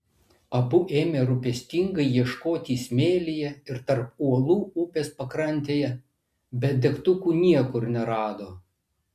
abu ėmė rūpestingai ieškoti smėlyje ir tarp uolų upės pakrantėje bet degtukų niekur nerado